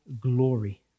glory